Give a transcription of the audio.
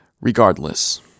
Regardless